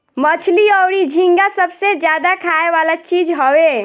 मछली अउरी झींगा सबसे ज्यादा खाए वाला चीज हवे